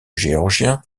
géorgien